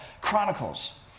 Chronicles